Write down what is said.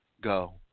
Go